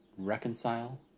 reconcile